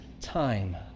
time